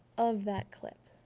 of that clip